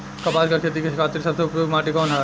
कपास क खेती के खातिर सबसे उपयुक्त माटी कवन ह?